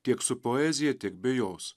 tiek su poezija tiek be jos